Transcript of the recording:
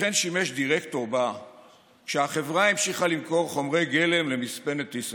וכן שימש בה דירקטור כשהחברה המשיכה למכור חומרי גלם למספנת טיסנקרופ,